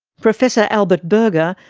professor albert berger,